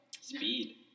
Speed